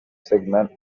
segment